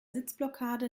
sitzblockade